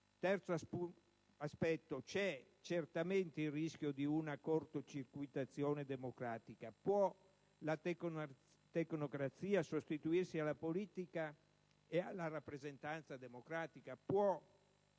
Terzo aspetto: c'è certamente il rischio di un cortocircuito democratico. Può la tecnocrazia sostituirsi alla politica ed alla rappresentanza democratica? Può